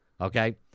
Okay